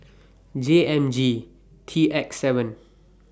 J M G T X seven